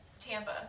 Tampa